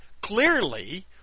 clearly